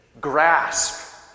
grasp